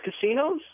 casinos